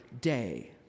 day